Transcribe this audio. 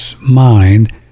mind